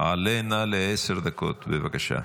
עלה נא לעשר דקות, בבקשה.